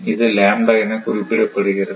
இது என குறிப்பிடப்படுகிறது